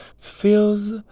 feels